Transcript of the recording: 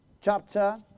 chapter